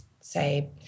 say